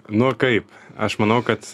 nu kaip aš manau kad